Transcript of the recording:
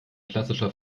klassischer